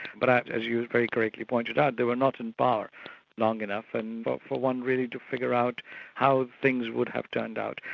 but as you very correctly pointed out, they were not in power long enough and but for one really to figure out how things would have turned out.